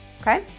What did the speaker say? Okay